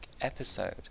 episode